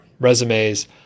resumes